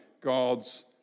God's